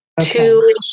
two